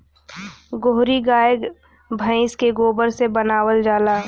गोहरी गाय भइस के गोबर से बनावल जाला